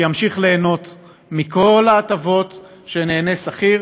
שימשיך ליהנות מכל ההטבות שנהנה מהן שכיר,